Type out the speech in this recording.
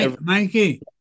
Mikey